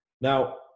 Now